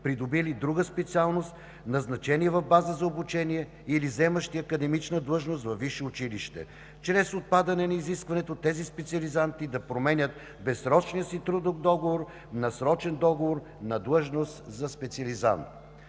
придобили друга специалност, назначени в база за обучение или заемащи академична длъжност във висши училища чрез отпадане на изискването тези специализанти да променят безсрочния си трудов договор на срочен договор на длъжност за специализант.